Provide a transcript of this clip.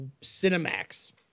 Cinemax